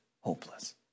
hopeless